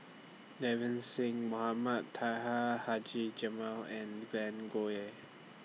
Singh Mohamed Taha Haji Jamil and Glen Goei